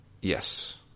Yes